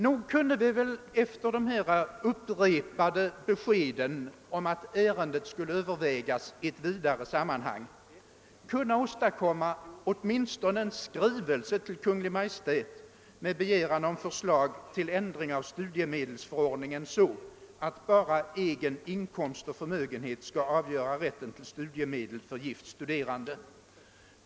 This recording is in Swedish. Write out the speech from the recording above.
Nog skulle vi väl efter dessa upprepade besked om att ärendet skall övervägas i ett vidare sammanhang kunna åstadkomma åtminstone en skrivelse till Kungl. Maj:t med begäran om förslag till en sådan ändring i studiemedelsförordningen, att bara egen inkomst och förmögenhet skall avgöra rätt till studiemedel för gift studerande.